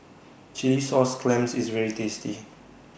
Chilli Sauce Clams IS very tasty